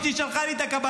אשתי שלחה לי את הקבלה,